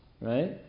right